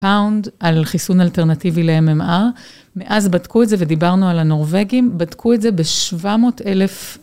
פאונד על חיסון אלטרנטיבי ל-MMR, מאז בדקו את זה ודיברנו על הנורווגים, בדקו את זה ב-700,000...